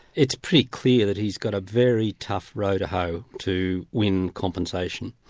it's pretty clear that he's got a very tough row to hoe to win compensation.